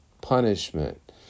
punishment